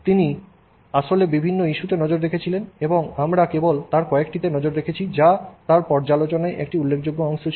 তিনি আসলে বিভিন্ন ইস্যুতে নজর রেখেছিলেন এবং আমরা কেবল তার কয়েকটিতে নজর রেখেছি যা তাঁর আলোচনার একটি উল্লেখযোগ্য অংশ ছিল